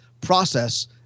process